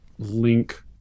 Link